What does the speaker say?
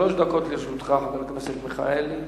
שלוש דקות לרשותך, חבר הכנסת מיכאלי.